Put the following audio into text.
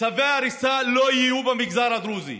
צווי הריסה לא יהיו במגזר הדרוזי.